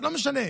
לא משנה,